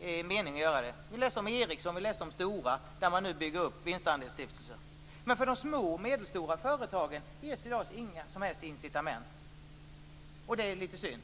en mening i att göra det. Vi läste om Ericsson och Stora. Där bygger man nu upp vinstandelsstiftelser. Men för de små och medelstora företagen ges i dag inga som helst incitament för detta, och det är litet synd.